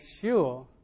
sure